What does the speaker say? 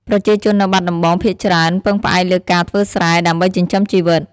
ប្រជាជននៅបាត់ដំបងភាគច្រើនពឹងផ្អែកលើការធ្វើស្រែ ដើម្បីចិញ្ចឹមជីវិត។